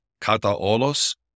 kataolos